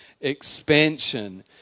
expansion